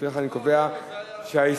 לפיכך אני קובע שההסתייגויות,